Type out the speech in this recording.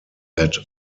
that